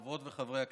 חברות וחברי הכנסת,